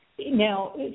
now